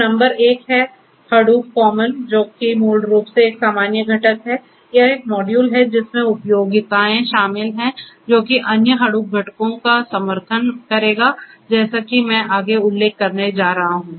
तो नंबर एक है हडोप कॉमन जो कि मूल रूप से एक सामान्य घटक है यह एक मॉड्यूल है जिसमें उपयोगिताएं शामिल हैं जो कि अन्य हडूप घटकों का समर्थन करेगा जैसे कि मैं आगे उल्लेख करने जा रहा हूं